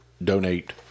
donate